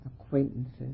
acquaintances